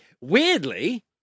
weirdly